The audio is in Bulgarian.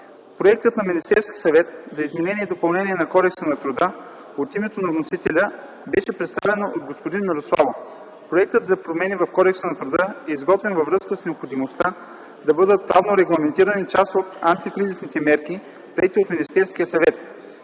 Проектът на Министерския съвет за изменение и допълнение на Кодекса на труда от името на вносителя беше представен от господин Мирославов. Проектът за промени в Кодекса на труда е изготвен във връзка с необходимостта да бъдат правно регламентирани част от антикризисните мерки, приети от Министерския съвет.